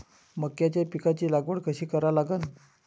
मक्याच्या पिकाची लागवड कशी करा लागन?